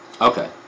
Okay